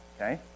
okay